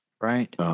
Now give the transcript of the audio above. Right